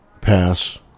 pass